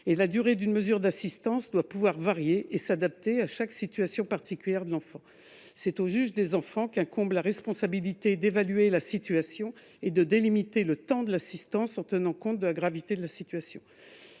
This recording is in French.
La durée d'une mesure d'assistance doit pouvoir varier et s'adapter à chaque situation particulière de l'enfant. C'est au juge des enfants qu'incombe la responsabilité d'évaluer la situation et de délimiter le temps de l'assistance en tenant compte de la gravité de la situation.